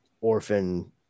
orphan